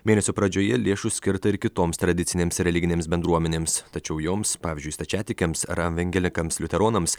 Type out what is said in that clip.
mėnesio pradžioje lėšų skirta ir kitoms tradicinėms religinėms bendruomenėms tačiau joms pavyzdžiui stačiatikiams ar evangelikams liuteronams